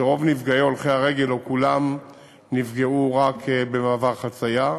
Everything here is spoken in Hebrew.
שרוב הנפגעים הולכי הרגל או שכולם נפגעו רק במעבר חציה,